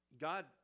God